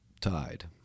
tied